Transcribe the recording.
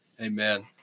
Amen